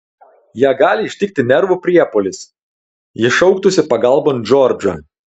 ją gali ištikti nervų priepuolis ji šauktųsi pagalbon džordžą